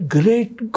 great